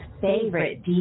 favorite